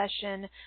session